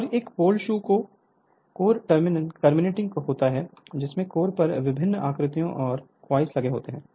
Refer Slide Time 1857 और एक pole shoe में कोर टर्मिनेटिंग होता है जिसमें कोर पर विभिन्न आकृतियाँ और कॉइल लगे होते हैं